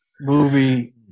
movie